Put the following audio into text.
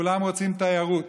וכולם רוצים תיירות.